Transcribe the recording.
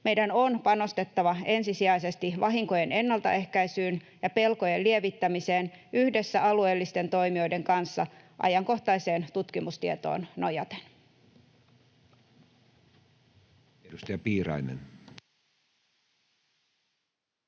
Meidän on panostettava ensisijaisesti vahinkojen ennaltaehkäisyyn ja pelkojen lievittämiseen yhdessä alueellisten toimijoiden kanssa ajankohtaiseen tutkimustietoon nojaten.